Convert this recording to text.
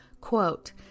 Quote